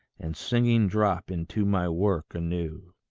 and singing drop into my work anew.